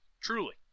Truly